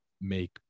make